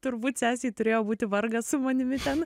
turbūt sesei turėjo būti vargas su manimi ten